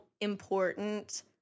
important